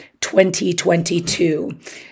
2022